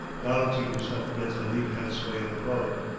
balancing himself against the leap and sway of the boat.